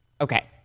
Okay